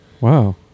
Wow